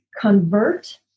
convert